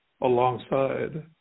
alongside